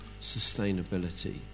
sustainability